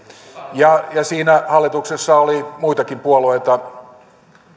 ja siinä hallituksessa oli muitakin puolueita